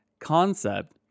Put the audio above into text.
concept